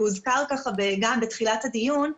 והוא הוזכר גם בתחילת הדיון,